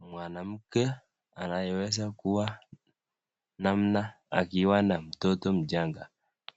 Mwanamke anayeweza kuwa namna akiwa na mtoto mchanga